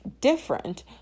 different